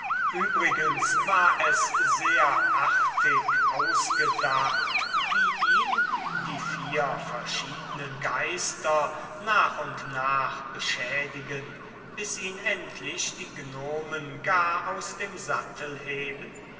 übrigens war es sehr artig ausgedacht wie ihn die vier verschiedenen geister nach und nach beschädigen bis ihn endlich die gnomen gar aus dem sattel heben